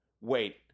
wait